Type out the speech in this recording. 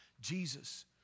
Jesus